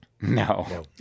No